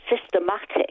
systematic